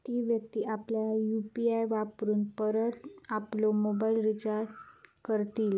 ती व्यक्ती आपल्या यु.पी.आय वापरून परत आपलो मोबाईल रिचार्ज करतली